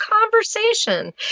conversation